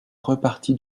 reparti